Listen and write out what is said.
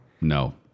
No